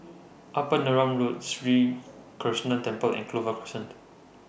Upper Neram Road Sri Krishnan Temple and Clover Crescent